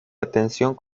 atención